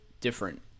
different